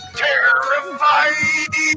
terrified